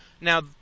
Now